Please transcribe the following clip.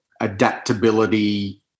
adaptability